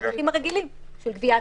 בדרכים הרגילות של גביית קנסות.